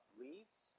leaves